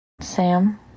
Sam